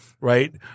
right